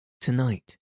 Tonight